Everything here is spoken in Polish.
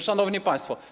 Szanowni Państwo!